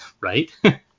right